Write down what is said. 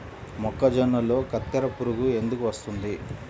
మొక్కజొన్నలో కత్తెర పురుగు ఎందుకు వస్తుంది?